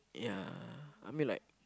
ya I mean like